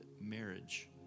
marriage